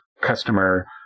customer